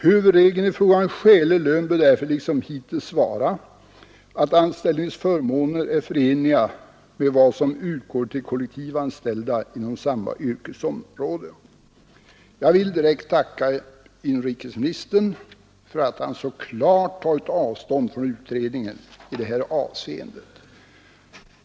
Huvudregeln i fråga om skälig lön bör därför liksom hittills vara att anställningsförmåner är förenliga med vad som utgår till kollektivanställda inom samma yrkesområde.” i; Jag vill direkt tacka inrikesministern för att han så klart tagit avstånd från utredningen i det här avseendet.